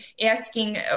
asking